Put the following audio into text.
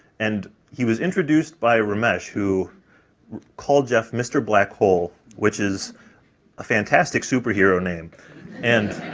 and he was introduced by ramesh, who called jeff mister black hole, which is a fantastic superhero name and,